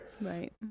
Right